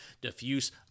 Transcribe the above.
Diffuse